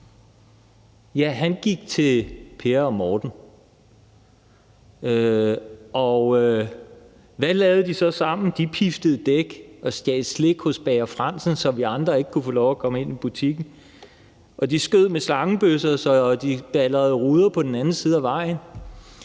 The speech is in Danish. hen? Han gik til Per og Morten. Og hvad lavede de så sammen? De piftede dæk og stjal slik hos bager Frandsen, så vi andre ikke kunne få lov at komme ind i butikken, og de skød med slangebøsser og baldrede ruder på den anden side af vejen,